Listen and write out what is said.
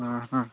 ହଁ ହଁ